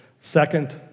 second